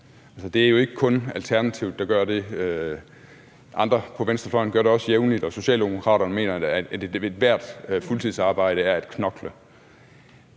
Det er jo ikke kun Alternativet, der gør det. Andre på venstrefløjen gør det også jævnligt, og Socialdemokraterne mener, at ethvert fuldtidsarbejde er at knokle.